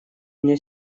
мне